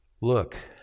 Look